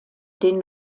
den